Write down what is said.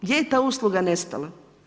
Gdje je ta usluga nestala?